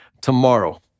tomorrow